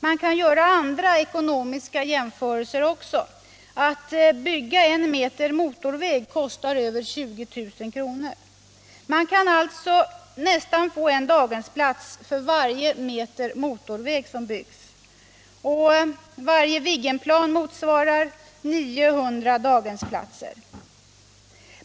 Man kan göra andra ekonomiska jämförelser. Att bygga en meter motorväg kostar över 20 000 kr. Man kan alltså nästan få en daghemsplats för varje meter motorväg som byggs. Och varje Viggenplan motsvarar 900 daghemsplatser.